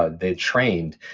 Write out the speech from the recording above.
ah they trained.